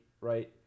right